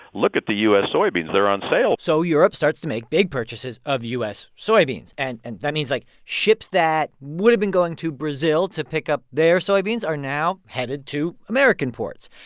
look at the u s. soybeans. they're on sale so europe starts to make big purchases of u s. soybeans. and and that means, like, ships that would've been going to brazil to pick up their soybeans are now headed to american ports.